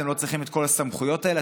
אתם לא צריכים את כל הסמכויות האלה,